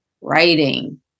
writing